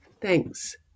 Thanks